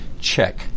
check